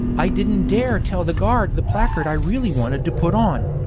i didn't dare tell the guard the placard i really wanted to put on